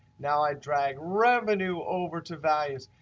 now i drag revenue over to values,